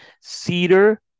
cedar